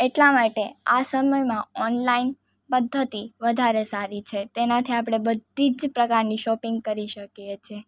એટલા માટે આ સમયમાં ઓનલાઈન પદ્ધતિ વધારે સારી છે તેનાથી આપણે બધી જ પ્રકારની શોપિંગ કરી શકીએ છીએ